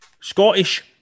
Scottish